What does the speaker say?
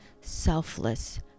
selfless